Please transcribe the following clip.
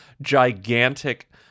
gigantic